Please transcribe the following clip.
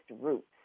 roots